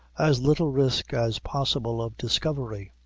as little risk as possible of discovery.